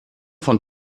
von